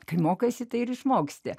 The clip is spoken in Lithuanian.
kai mokaisi tai ir išmoksti